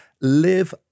Live